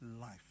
life